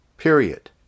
period